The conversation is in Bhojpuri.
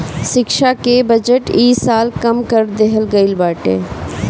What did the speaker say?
शिक्षा के बजट इ साल कम कर देहल गईल बाटे